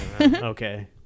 Okay